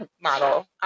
model